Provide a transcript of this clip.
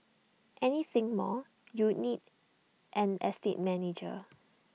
anything more you'd need an estate manager